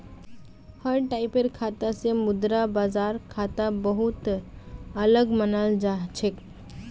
हर टाइपेर खाता स मुद्रा बाजार खाता बहु त अलग मानाल जा छेक